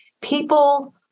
people